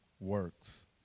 works